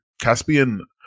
Caspian